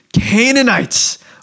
Canaanites